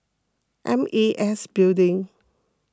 M E S Building